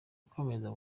ikomeza